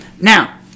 Now